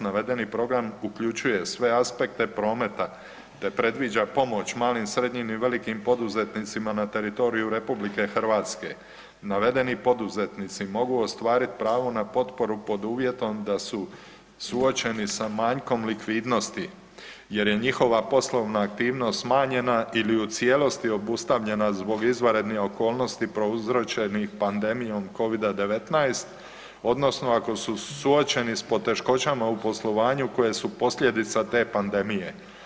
Navedeni program uključuje sve aspekte prometa te predviđa pomoć malim, srednjim i velikim poduzetnicima na teritoriju RH. navedeni poduzetnici mogu ostvariti pravo na potporu pod uvjetom da su suočeni sa manjkom likvidnosti jer je njihova poslovna aktivnost smanjena ili u cijelosti obustavljena zbog izvanrednih okolnosti prouzročenih pandemijom covica-19 odnosno ako su suočeni sa poteškoćama u poslovanju koje su posljedica te pandemije.